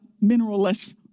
mineral-less